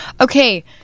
Okay